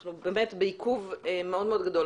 אנחנו בעיכוב מאוד גדול.